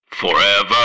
Forever